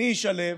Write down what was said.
מי ישלם?